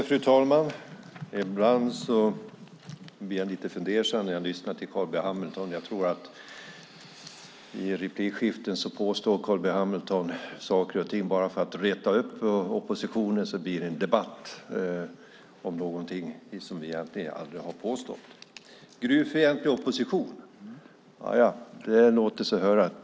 Fru talman! Ibland blir jag lite fundersam när jag lyssnar till Carl B Hamilton. Jag tror att Carl B Hamilton i replikskiften påstår saker och ting bara för att reta upp oppositionen så att det blir en debatt om någonting som vi aldrig har påstått. Gruvfientlig opposition - ja, det låter sig höras.